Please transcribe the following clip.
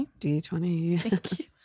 D20